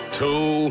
two